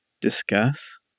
discuss